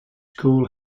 school